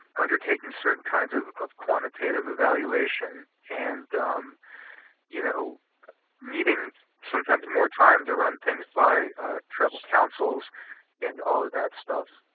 undertaking certain kinds of of quantitative evaluation and um you know needing sometimes more time to run things by tribal councils and all of that stuff.